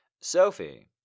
Sophie